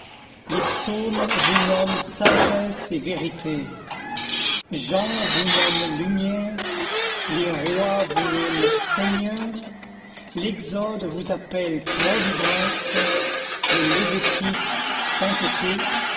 les psaumes vous nomment sagesse et vérité jean vous nomme lumière les rois vous nomment seigneur l'exode vous appelle providence le lévitique sainteté